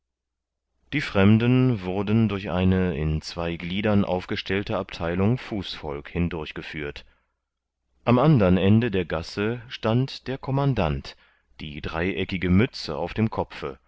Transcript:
die fremden wurden durch eine in zwei gliedern aufgestellte abtheilung fußvolk hindurchgeführt am andern ende der gasse stand der commandant die dreieckige mütze auf dem kopfe